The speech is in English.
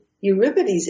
Euripides